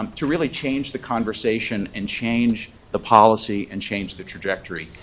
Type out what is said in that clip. um to really change the conversation and change the policy and change the trajectory.